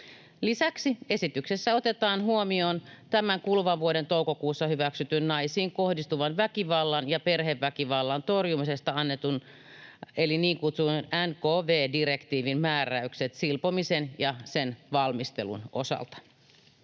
Lisäksi esityksessä otetaan huomioon tämän kuluvan vuoden toukokuussa hyväksytyn naisiin kohdistuvan väkivallan ja perheväkivallan torjumisesta annetun direktiivin eli niin kutsutun NKV-direktiivin määräykset silpomisen ja sen valmistelun osalta.